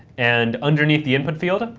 and underneath the input field,